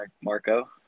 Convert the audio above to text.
Marco